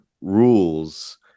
rules